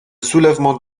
soulèvement